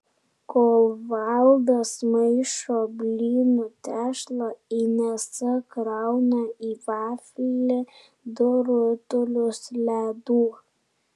kol valdas maišo blynų tešlą inesa krauna į vaflį du rutulius ledų